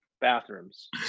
bathrooms